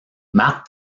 marc